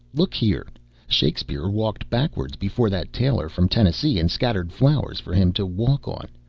look here shakespeare walked backwards before that tailor from tennessee, and scattered flowers for him to walk on,